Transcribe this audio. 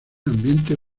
ambientes